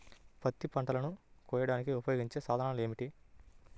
పత్తి పంటలను కోయడానికి ఉపయోగించే సాధనాలు ఏమిటీ?